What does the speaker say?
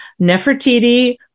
Nefertiti